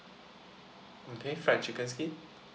mm pan fried chicken skin